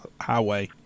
highway